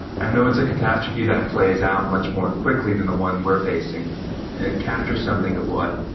and though it's a catastrophe that plays out much more quickly than the one we're facing, it captures something of what